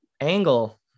angle